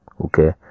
okay